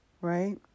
right